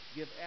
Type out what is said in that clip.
give